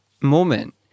moment